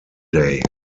day